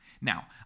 Now